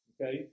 okay